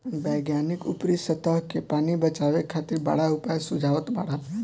वैज्ञानिक ऊपरी सतह के पानी बचावे खातिर बड़ा उपाय सुझावत बाड़न